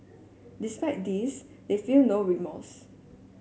despite this they feel no remorse